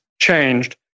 changed